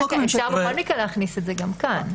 אפשר בכל מקרה להכניס את זה גם כאן.